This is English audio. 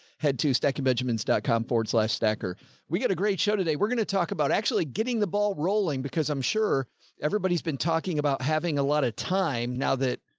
head to stacking benjamins dot com forward. slash. stacker we got a great show today. today. we're going to talk about actually getting the ball rolling because i'm sure everybody's been talking about having a lot of time now that.